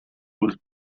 was